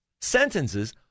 sentences